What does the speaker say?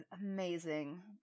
amazing